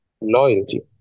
loyalty